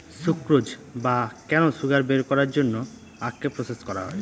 sucrose বা কেন sugar বের করার জন্য আখকে প্রসেস করা হয়